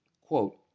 Quote